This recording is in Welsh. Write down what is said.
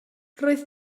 roedd